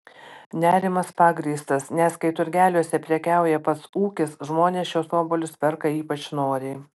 nerimas pagrįstas nes kai turgeliuose prekiauja pats ūkis žmonės šiuos obuolius perka ypač noriai